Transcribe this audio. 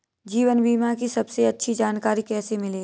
जीवन बीमा की सबसे अच्छी जानकारी कैसे मिलेगी?